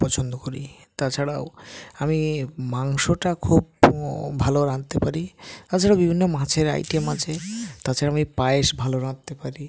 পছন্দ করি তাছাড়াও আমি মাংসটা খুব ভালো রাঁধতে পারি তাছাড়া বিভিন্ন মাছের আইটেম আছে তাছাড়া আমি পায়েস ভালো রাঁধতে পারি